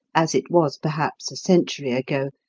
as it was perhaps a century ago,